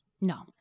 No